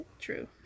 True